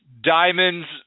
diamonds